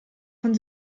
von